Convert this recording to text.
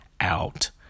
out